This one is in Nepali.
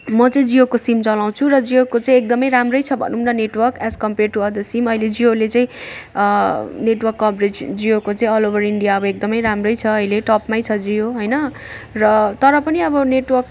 म चाहिँ जियोको सिम चलाउँछु र जियोको चाहिँ एकदम राम्रो छ भनौँ न network as compare to other sim अहिले जियोले चाहिँ नेटवर्क कभरेज जियोको चाहिँ अल ओभर इन्डिया अब एकदम राम्रो छ अहिले टपमा छ जियो होइन र तर पनि अब नेटवर्क चाहिँ अब